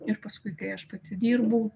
ir paskui kai aš pati dirbau